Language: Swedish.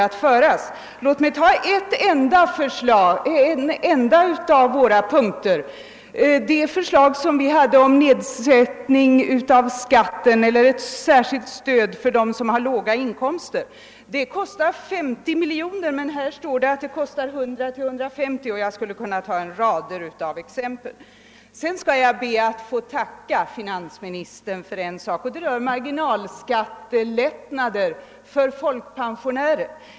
Låt oss ta en enda av våra punkter! Det förslag som vi hade om ett särskilt stöd för dem som har låga inkomster kostar 50 miljoner, men i broschyrerna står det att det skulle kosta 100—150 miljoner. Jag skulle kunna anföra rader av sådana exempel. Jag ber att få tacka finansministern för en sak. Det rör marginalskattelättnaderna för folkpensionärer.